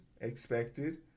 expected